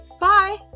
Bye